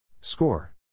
Score